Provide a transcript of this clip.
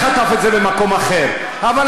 במקום אחר, וגם אלקין חטף את זה במקום אחר.